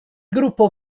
gruppo